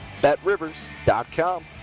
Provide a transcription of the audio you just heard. betrivers.com